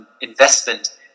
investment